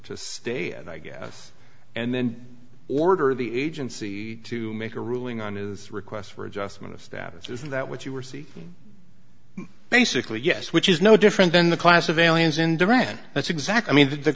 to stay and i guess and then order the agency to make a ruling on his request for adjustment of status is that what you were basically yes which is no different than the class of aliens in duran that's exactly mean th